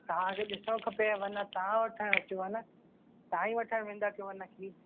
तव्हांखे ॾिसणो खपेव न तव्हां वठण अचो वा न तव्हां ई वठण वेंदा कयो वा न खीर